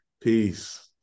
Peace